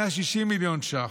160 מיליון ש"ח,